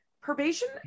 probation